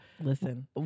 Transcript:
listen